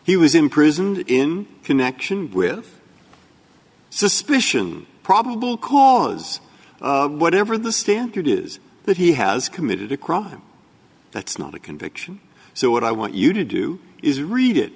he was imprisoned in connection with suspicion probable cause whatever the standard is that he has committed a crime that's not a conviction so what i want you to do is read it